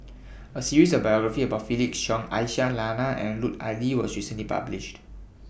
A series of biographies about Felix Cheong Aisyah Lyana and Lut Ali was recently published